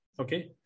Okay